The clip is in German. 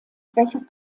welches